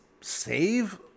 save